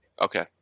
okay